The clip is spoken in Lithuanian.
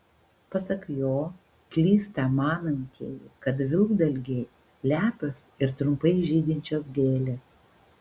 pasak jo klysta manantieji kad vilkdalgiai lepios ir trumpai žydinčios gėlės